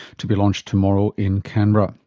to be launched tomorrow in canberra